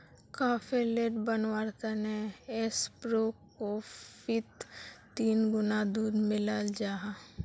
cafe latte बनवार तने espresso कोफ्फीत तीन गुणा दूध मिलाल जाहा